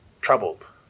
troubled